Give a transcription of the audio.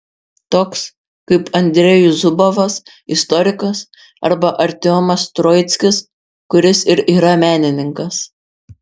toks kaip andrejus zubovas istorikas arba artiomas troickis kuris ir yra menininkas